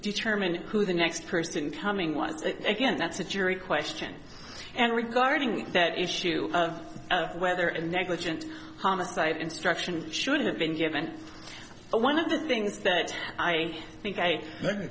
determine who the next person coming once again that's a jury question and regarding that issue of whether and negligent homicide instruction should've been given one of the things that i think